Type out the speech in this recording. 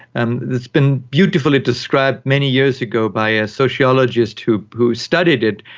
and it's been beautifully described many years ago by a sociologist who who studied it.